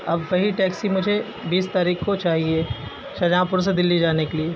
اب صحیح ٹیکسی مجھے بیس تاریخ کو چاہیے شاہ جہاں پور سے دلی جانے کے لیے